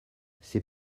ces